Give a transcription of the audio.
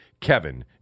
Kevin